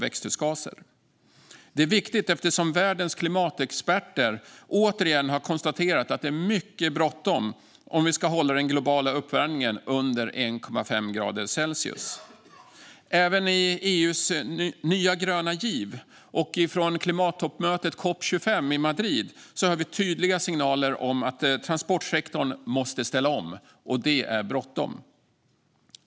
Det är också viktigt eftersom världens klimatexperter återigen har konstaterat att det är mycket bråttom om vi ska hålla den globala uppvärmningen under 1,5 grader Celsius. Även i EU:s nya gröna giv och på klimattoppmötet COP 25 i Madrid ges tydliga signaler om att transportsektorn måste ställa om.